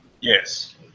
yes